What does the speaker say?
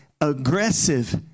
aggressive